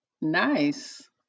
Nice